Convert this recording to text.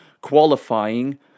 qualifying